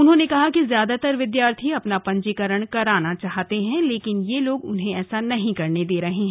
उन्होंने कहा कि ज्यादातर विद्यार्थी अपना पंजीकरण कराना चाहते हैं लेकिन ये लोग उन्हें ऐसा नहीं करने दे रहे हैं